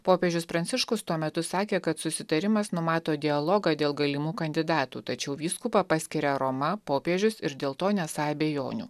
popiežius pranciškus tuo metu sakė kad susitarimas numato dialogą dėl galimų kandidatų tačiau vyskupą paskiria roma popiežius ir dėl to nesą abejonių